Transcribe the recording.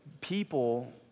People